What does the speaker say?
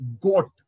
goat